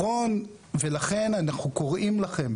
לכן אנחנו קוראים לכם,